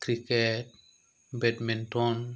cricket badminton